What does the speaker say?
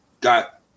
got